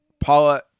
Paula